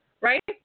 Right